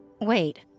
Wait